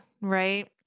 Right